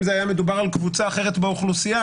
אם היה מדובר על קבוצה אחרת באוכלוסייה,